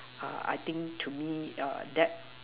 uh I think to me err that